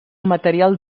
material